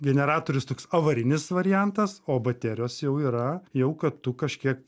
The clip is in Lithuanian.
generatorius toks avarinis variantas o baterijos jau yra jau kad tu kažkiek